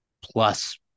plus